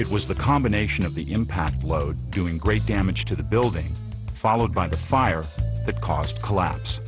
it was the combination of the impact load doing great damage to the building followed by the fire the cost collapse